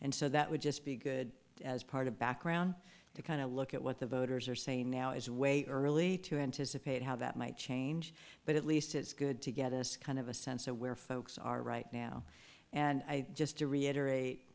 and so that would just be good as part of background to kind of look at what the voters are saying now is way early to anticipate how that might change but at least it's good to get this kind of a sense of where folks are right now and i just to reiterate